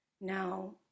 Now